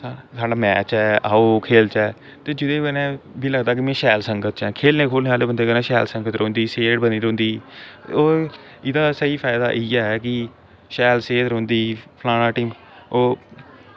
साढ़ा मैच ऐ आओ खेलचै ते जेह्दे कन्नै मिगी लगदा कि में शैल संगत च ऐं खेलने खूलने आह्ले बंदे कन्नै शैल संगत रौंह्दी सेह्त बनी दी रौंह्दी होर एह्दा स्हेई फायदा इ'यै कि शैल सेह्त रौंंहदी फलाना टींग ओह्